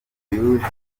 yuje